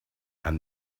and